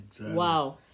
Wow